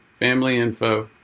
family info,